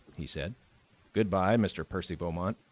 he said goodbye, mr. percy beaumont.